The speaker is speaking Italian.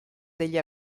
degli